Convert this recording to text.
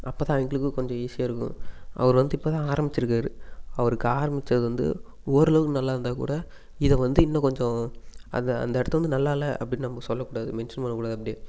அப்போ தான் அவங்களுக்கும் கொஞ்சம் ஈஸியாக இருக்கும் அவர் வந்து இப்போ தான் ஆரம்பித்துருக்காரு அவருக்கு ஆரம்பித்தது வந்து ஓரளவுக்கு நல்லா இருந்தால் கூட இதை வந்து இன்னும் கொஞ்சம் அதை அந்த இடத்த வந்து நல்லா இல்லை அப்படின்னு நம்ம சொல்லக்கூடாது மென்ஷன் பண்ணக்கூடாது அப்படி